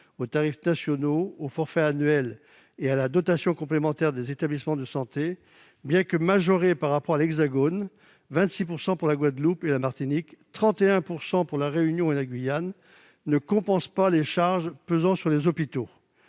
aux tarifs nationaux, aux forfaits annuels et à la dotation complémentaire des établissements de santé, bien que majorés par rapport à l'Hexagone de 26 % pour la Guadeloupe et la Martinique et de 31 % pour La Réunion et la Guyane, ne compensent pas les charges pesant sur les hôpitaux.